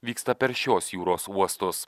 vyksta per šiuos jūros uostus